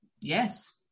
yes